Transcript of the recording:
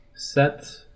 Set